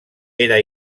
era